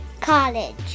college